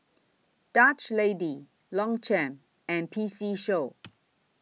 Dutch Lady Longchamp and P C Show